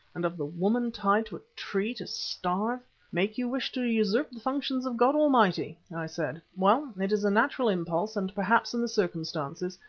and of the woman tied to a tree to starve make you wish to usurp the functions of god almighty, i said. well, it is a natural impulse and perhaps, in the circumstances,